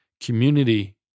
community